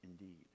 indeed